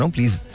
Please